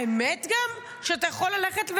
האמת היא גם שאתה יכול לדבר,